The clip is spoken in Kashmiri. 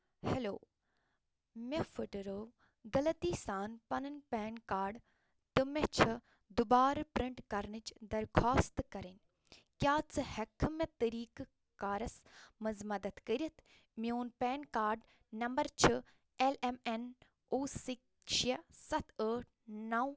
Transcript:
ہٮ۪لو مےٚ پھٕترٲو غلطی سان پنُن پین کارڈ تہٕ مےٚ چھِ دُبارٕ پٕرنٛٹ کرنٕچ درخواست کَرٕنۍ کیٛاہ شٕ ہٮ۪ککھٕ مےٚ طٔریٖقہٕ کارس منٛز مدد کٔرتھ میون پین کارڈ نمبر چھُ اٮ۪ل اٮ۪م اٮ۪ن اوسِک شےٚ سَتھ ٲٹھ نو